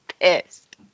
pissed